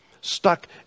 Stuck